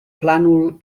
plànol